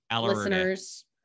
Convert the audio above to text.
listeners